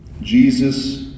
Jesus